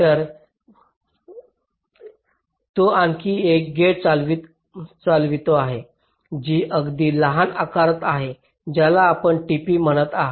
तर तो आणखी एक गेट चालवित आहे जी अगदी लहान आकारात आहे ज्याला आपण tp म्हणत आहात